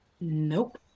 Nope